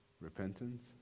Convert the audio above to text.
Repentance